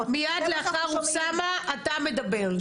מיד לאחר אוסאמה אתה מדבר.